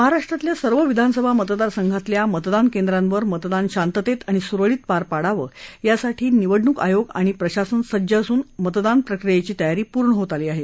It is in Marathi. महाराष्ट्रातल्या सर्व विधानसभा मतदारसंघांमधल्या मतदान केंद्रांवर मतदान शांततेत आणि सुरळीत पार पाडावं यासाठी निवडणूक आयोग आणि प्रशासन सज्ज असून मतदान प्रक्रेयेची तयारी पूर्ण होत आली आहे